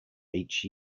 each